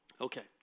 Okay